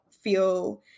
feel